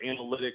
analytics